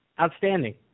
Outstanding